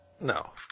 No